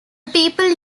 people